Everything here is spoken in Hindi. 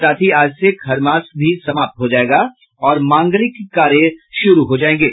साथ ही आज से खरमास भी समाप्त हो जायेगा और मांगलिक कार्य शुरू हो जायेंगे